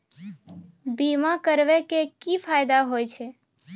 बीमा करबै के की फायदा होय छै?